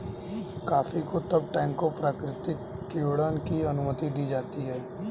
coffee को तब टैंकों प्राकृतिक किण्वन की अनुमति दी जाती है